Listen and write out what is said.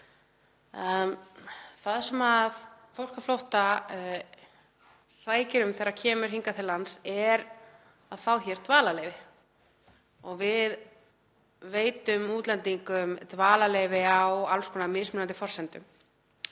Það sem fólk á flótta sækir um þegar það kemur hingað til lands er að fá hér dvalarleyfi. Við veitum útlendingum dvalarleyfi á alls konar mismunandi forsendum,